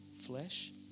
flesh